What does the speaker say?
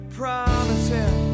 promises